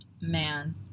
man